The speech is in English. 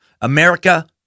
America